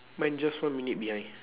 mine just one minute behind